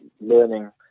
learning